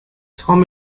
tom